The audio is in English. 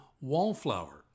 Wallflower